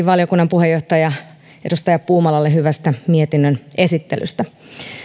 valiokunnan puheenjohtajalle edustaja puumalalle hyvästä mietinnön esittelystä